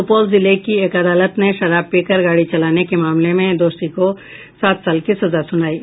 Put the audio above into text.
सुपौल जिले की एक अदालत ने शराब पीकर गाड़ी चलाने के मामले में दोषी को सात साल की सजा सुनाई है